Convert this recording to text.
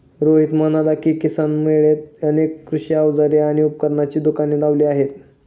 रोहित म्हणाला की, किसान मेळ्यात अनेक कृषी अवजारे आणि उपकरणांची दुकाने लावली आहेत